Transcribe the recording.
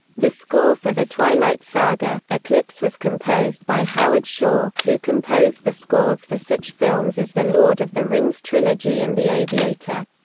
the score for the twilight saga eclipse was composed by howard shore, who composed the scores for such films as the lord of the rings trilogy and the aviator.